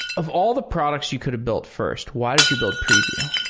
of all the products you could've built first, why did you build preview?